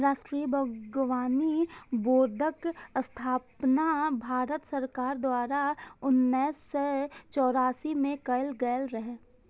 राष्ट्रीय बागबानी बोर्डक स्थापना भारत सरकार द्वारा उन्नैस सय चौरासी मे कैल गेल रहै